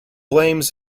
blames